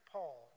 Paul